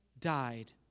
died